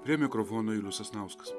prie mikrofono julius sasnauskas